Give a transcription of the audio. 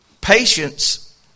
patience